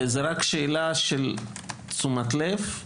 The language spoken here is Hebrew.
זה רק שאלה של תשומת לב,